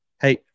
Hey